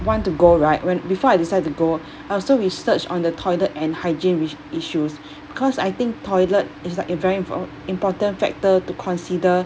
want to go right when before I decided to go I also research on the toilet and hygiene iss~ issues because I think toilet is like a very impor~ important factor to consider